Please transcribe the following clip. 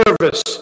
service